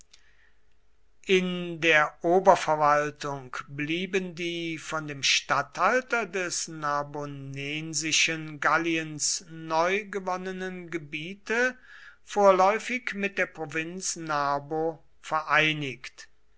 in der oberverwaltung blieben die von dem statthalter des narbonensischen galliens neu gewonnenen gebiete vorläufig mit der provinz narbo vereinigt